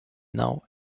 now